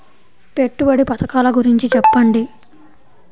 పెట్టుబడి పథకాల గురించి చెప్పండి?